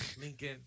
Lincoln